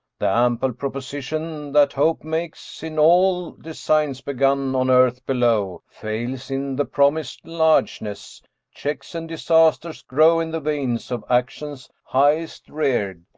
the ample proposition that hope makes in all designs begun on earth below fails in the promis'd largeness checks and disasters grow in the veins of actions highest rear'd,